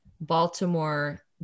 Baltimore